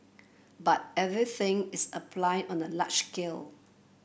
but everything is applied on a large